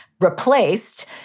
replaced